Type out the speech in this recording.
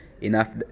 enough